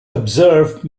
observe